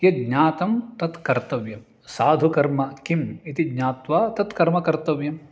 यज्ञातं तत्कर्तव्यं साधुकर्म किम् इति ज्ञात्वा तत्कर्मकर्तव्यम्